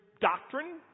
doctrine